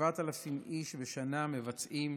וכ-7,000 איש בשנה מבצעים